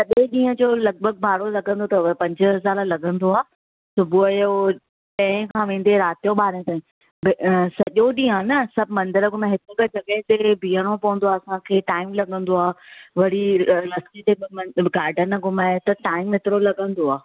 सॼे ॾींहं जो लॻिभॻि भाड़ो लॻंदो अथव पंज हज़ार लॻंदो आ्हे सुबुह जो छहें खां वेंदे राति जो ॿारहें ताईं भई सॼो ॾींहुं आहे न सभु मंदर घुमाइण हिकु हिकु जॻहि ते बीहणो पवंदो आहे असां खे टाइम लॻंदो आहे वरी रस्ते ते गार्डन घुमाए त टाइम एतिरो लॻंदो आहे